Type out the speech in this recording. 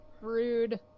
rude